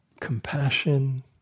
compassion